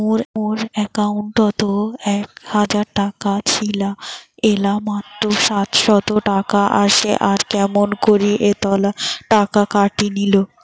মোর একাউন্টত এক হাজার টাকা ছিল এলা মাত্র সাতশত টাকা আসে আর কেমন করি এতলা টাকা কাটি নিল?